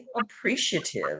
appreciative